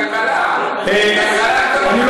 זו תקלה,